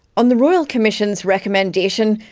on the royal commission's recommendation,